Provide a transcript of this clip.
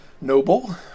noble